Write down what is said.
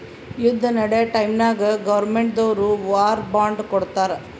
ಯುದ್ದ ನಡ್ಯಾ ಟೈಮ್ನಾಗ್ ಗೌರ್ಮೆಂಟ್ ದವ್ರು ವಾರ್ ಬಾಂಡ್ ಕೊಡ್ತಾರ್